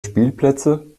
spielplätze